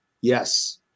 Yes